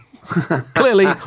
Clearly